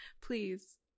please